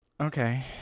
Okay